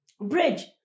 Bridge